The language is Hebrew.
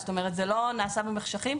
זאת אומרת, זה לא נעשה במחשכים.